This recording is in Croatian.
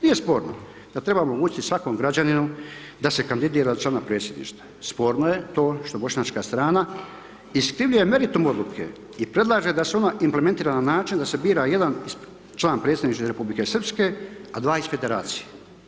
Nije sporno da treba omogućiti svakom građaninu da se kandidira za članak Predsjedništva, sporno ej to što bošnjačka strana iskrivljuje meritum odluke i predlaže da se ona implementira na način da se bira jedan član Predsjedništva Republike Srpske a dva iz federacije.